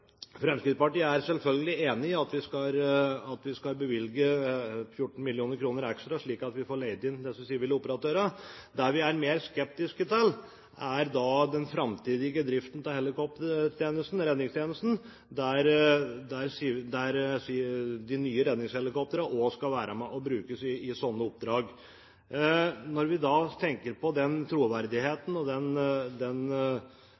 Fremskrittspartiet er selvfølgelig enig i at vi skal bevilge 14 mill. kr ekstra, slik at vi får leid inn disse sivile operatørene. Det vi er mer skeptiske til, er den framtidige driften av helikoptertjenesten, redningstjenesten, der de nye redningshelikoptrene også skal være med og brukes i slike oppdrag. Disse helikoptrene gir en troverdighet og en sikkerhet opp mot det å drive redningsarbeid f.eks. i